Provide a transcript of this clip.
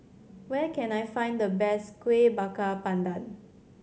where can I find the best Kuih Bakar Pandan